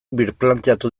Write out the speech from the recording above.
birplanteatu